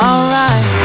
Alright